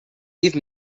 give